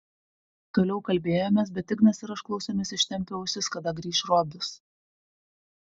toliau kalbėjomės bet ignas ir aš klausėmės ištempę ausis kada grįš robis